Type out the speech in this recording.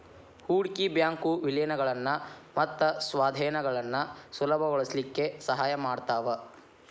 ಹೂಡ್ಕಿ ಬ್ಯಾಂಕು ವಿಲೇನಗಳನ್ನ ಮತ್ತ ಸ್ವಾಧೇನಗಳನ್ನ ಸುಲಭಗೊಳಸ್ಲಿಕ್ಕೆ ಸಹಾಯ ಮಾಡ್ತಾವ